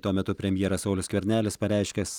tuo metu premjeras saulius skvernelis pareiškęs